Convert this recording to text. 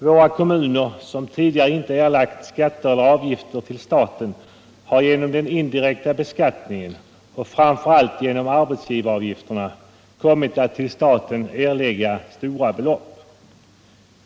Våra kommuner, som tidigare inte erlagt skatter eller avgifter till staten, har genom den indirekta beskattningen, och framför allt genom arbetsgivaravgifterna, kommit att till staten erlägga stora belopp.